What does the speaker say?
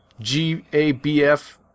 GABF